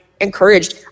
encouraged